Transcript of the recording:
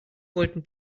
wollten